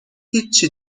هیچی